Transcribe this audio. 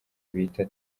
bita